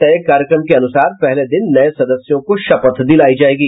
तय कार्यक्रम के अनुसार पहले दिन नये सदस्यों को शपथ दिलाई जायेगी